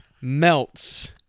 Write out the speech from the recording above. melts